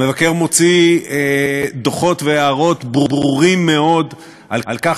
המבקר מוציא דוחות והערות ברורים מאוד על כך